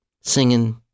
singing